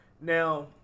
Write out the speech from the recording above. Now